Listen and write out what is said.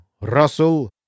Russell